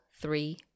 three